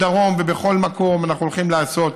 בדרום ובכל מקום אנחנו הולכים לעשות,